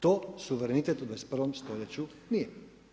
To suverenitet u 21. stoljeću nije.